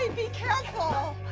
and be careful.